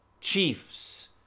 chiefs